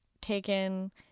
taken